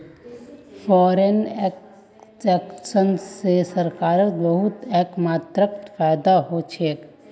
foreign exchange स सरकारक बहुत मात्रात फायदा ह छेक